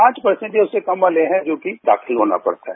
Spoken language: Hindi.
पांच परसेंट या उससे कम वाले हैं जिनको की दाखिल होना पड़ता है